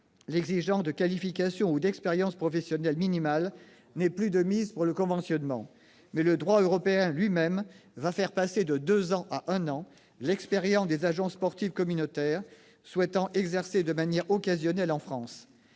l'exigence de qualification ou d'expérience professionnelle minimale n'est plus de mise pour le conventionnement, mais le droit européen lui-même va faire passer de deux ans à un an l'expérience des agents sportifs communautaires souhaitant exercer de manière occasionnelle en France.